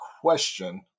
question